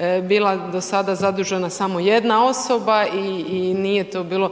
je bila do sada zadužena samo jedna osoba i nije tu bilo